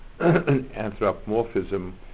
anthropomorphism